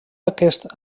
aquest